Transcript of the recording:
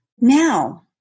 Now